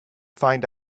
find